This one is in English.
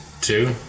two